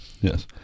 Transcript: yes